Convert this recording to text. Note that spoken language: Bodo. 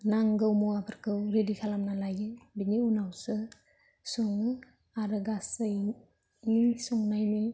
नांगौ मुवाफोरखौ रेडि खालामनानै लायो बेनि उनावसो सङो आरो गासैनि संनायनि